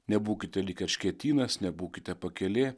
nebūkite lyg erškėtynas nebūkite pakelė